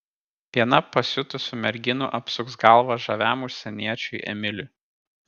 viena pasiutusių merginų apsuks galvą žaviam užsieniečiui emiliui